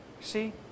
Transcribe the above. see